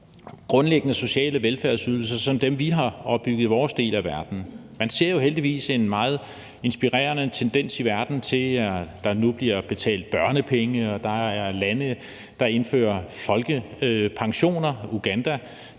grundlæggende sociale velfærdsydelser som dem, vi har opbygget i vores del af verden. Man ser jo heldigvis en meget inspirerende tendens i verden til, at der nu bliver betalt børnepenge, og at der er lande, der indfører folkepension, f.eks. Uganda.